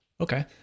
Okay